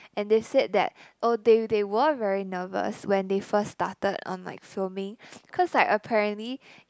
and they said that oh they they were very nervous when they first started on like filming cause like apparently